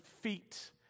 feet